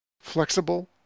Flexible